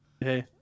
Hey